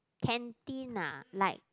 canteen lah like